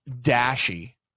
Dashy